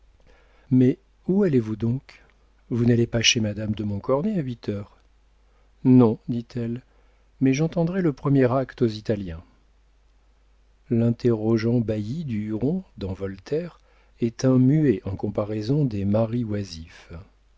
mais où allez-vous donc vous n'allez pas chez madame de montcornet à huit heures non dit-elle mais j'entendrai le premier acte aux italiens l'interrogeant bailli du huron dans voltaire est un muet en comparaison des maris oisifs